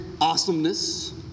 awesomeness